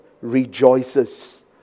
rejoices